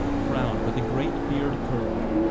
crowned, with a great beard curled,